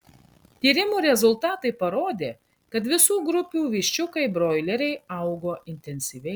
tyrimų rezultatai parodė kad visų grupių viščiukai broileriai augo intensyviai